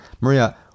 Maria